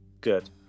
good